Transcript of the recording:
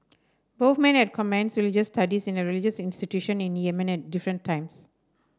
both men had commenced religious studies in a religious institution in Yemen at different times